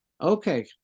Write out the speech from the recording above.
okay